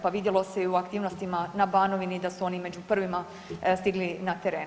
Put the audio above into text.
Pa vidjelo se i u aktivnostima na Banovini da su oni među prvima stigli na teren.